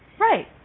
Right